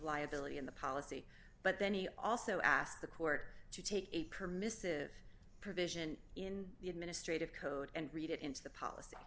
liability in the policy but then he also asked the court to take a permissive provision in the administrative code and read it into the policy